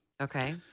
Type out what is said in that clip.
Okay